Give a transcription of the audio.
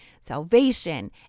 salvation